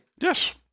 Yes